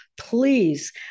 Please